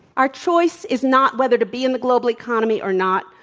our choice is not whether to be in the global economy or not,